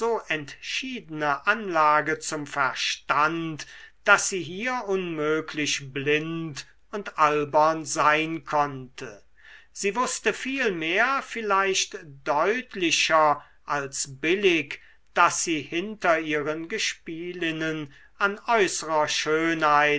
entschiedene anlage zum verstand daß sie hier unmöglich blind und albern sein konnte sie wußte vielmehr vielleicht deutlicher als billig daß sie hinter ihren gespielinnen an äußerer schönheit